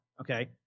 Okay